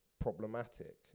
problematic